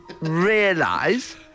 realise